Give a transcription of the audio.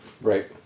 Right